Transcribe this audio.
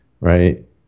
right